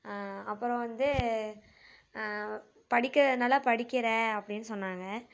அப்பறம் வந்து படிக்கிற நல்லா படிக்கிறேன் அப்படின்னு சொன்னாங்கள்